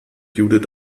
judith